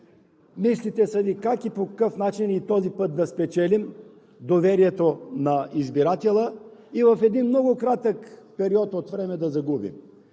главите Ви са как и по какъв начин и този път да спечелим доверието на избирателя и в един много кратък период от време да го загубим